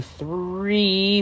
three